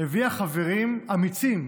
הביאה חברים אמיצים